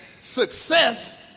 success